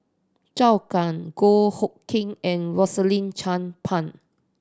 Zhou Can Goh Hood Keng and Rosaline Chan Pang